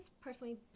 personally